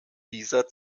dieser